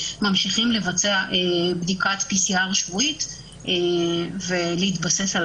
ממשיכים לבצע בדיקת PCR שבועית ולהתבסס על